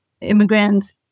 immigrants